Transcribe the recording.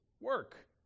work